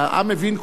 העם מבין,